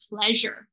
pleasure